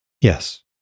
Yes